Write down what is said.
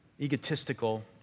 egotistical